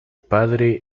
padre